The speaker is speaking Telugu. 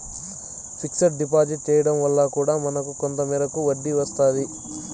ఫిక్స్డ్ డిపాజిట్ చేయడం వల్ల కూడా మనకు కొంత మేరకు వడ్డీ వస్తాది